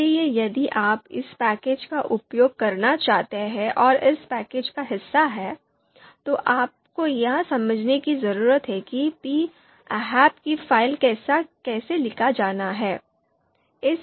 इसलिए यदि आप इस पैकेज का उपयोग करना चाहते हैं और इस पैकेज का हिस्सा हैं तो आपको यह समझने की जरूरत है कि p ahp 'फाइल प्रारूप कैसे लिखा जाना है